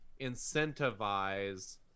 incentivize